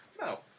No